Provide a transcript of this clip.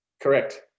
correct